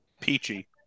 Peachy